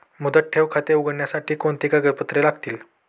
मुदत ठेव खाते उघडण्यासाठी कोणती कागदपत्रे लागतील?